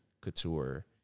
couture